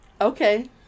Okay